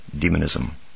demonism